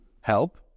help